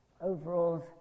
overalls